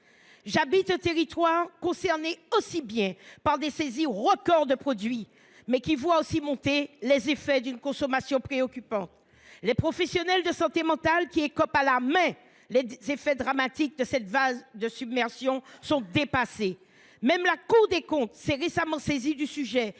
J’habite un territoire concerné par des saisies records de produits, qui voit aussi monter les effets d’une consommation préoccupante. Les professionnels de la santé mentale, qui écopent à la main les effets dramatiques de cette submersion, sont dépassés. Même la Cour des comptes s’est récemment saisie du sujet